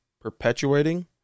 perpetuating